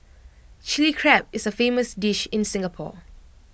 Chilli Crab is A famous dish in Singapore